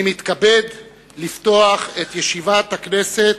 אני מתכבד לפתוח את ישיבת הכנסת,